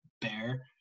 bear